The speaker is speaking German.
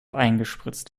eingespritzt